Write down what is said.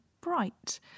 bright